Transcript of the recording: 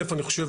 אלף אני חושב,